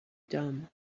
dumb